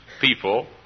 people